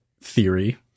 theory